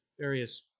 various